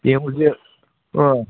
ꯌꯦꯡꯉꯨꯁꯦ ꯑꯥ